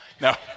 Now